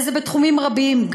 וזה בתחומים רבים,